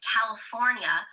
California